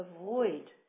avoid